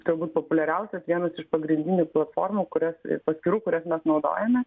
turbūt populiariausios vienos iš pagrindinių platformų kurios paskyrų kurias mes naudojame